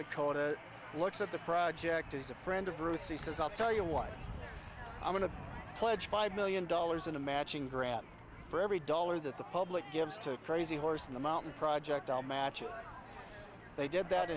dakota looks at the project as a friend of roots he says i'll tell you what i'm going to pledge five million dollars in a matching grant for every dollar that the public gives to crazy horse in the mountain project i'll match they did that